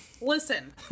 Listen